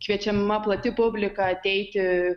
kviečiama plati publika ateiti